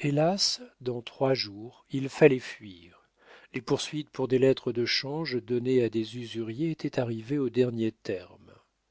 hélas dans trois jours il fallait fuir les poursuites pour des lettres de change données à des usuriers étaient arrivées au dernier terme